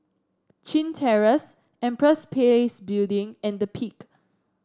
Chin Terrace Empress Place Building and The Peak